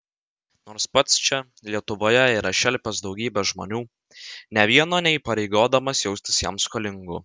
nors pats čia lietuvoje yra šelpęs daugybę žmonių nė vieno neįpareigodamas jaustis jam skolingu